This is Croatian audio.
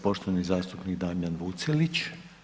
Poštovani zastupnik Damjan Vucelić.